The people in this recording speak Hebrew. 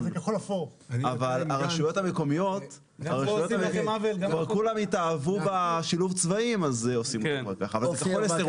אבלה רשויות המקומיות כולם התאהבו בשילוב צבעים אז עושים את זה ככה.